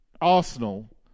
Arsenal